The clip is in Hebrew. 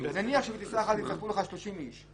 בטיסה אחת יצטרפו לך 30 איש,